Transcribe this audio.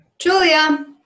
Julia